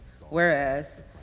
whereas